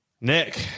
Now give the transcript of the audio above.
Nick